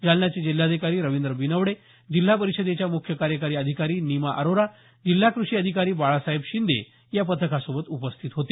जालन्याचे जिल्हाधिकारी रवीन्द्र बिनवडे जिल्हा परिषदेच्या मुख्य कार्यकारी अधिकारी नीमा अरोरा जिल्हा कृषी अधिकारी बाळासाहेब शिंदे या पथकासोबत उपस्थित होते